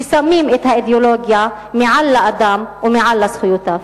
ששמים את האידיאולוגיה מעל לאדם ומעל לזכויותיו.